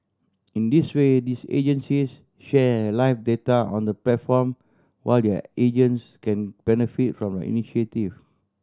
in this way these agencies share live data on the platform while their agents can benefit from the initiative